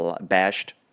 bashed